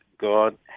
God